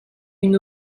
une